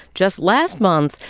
just last month,